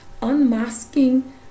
Unmasking